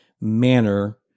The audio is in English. manner